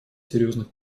серьезных